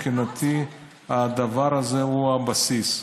מבחינתי הדבר הזה הוא הבסיס,